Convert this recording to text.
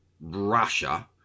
Russia